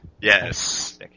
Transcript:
Yes